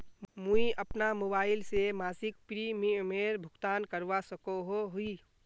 मुई अपना मोबाईल से मासिक प्रीमियमेर भुगतान करवा सकोहो ही?